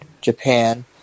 Japan